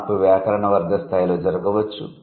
మార్పు 'వ్యాకరణ వర్గ స్థాయి'లో జరగవచ్చు